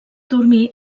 dormir